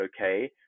okay